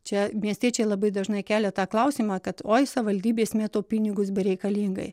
čia miestiečiai labai dažnai kelia tą klausimą kad oi savivaldybės mėto pinigus bereikalingai